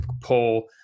pull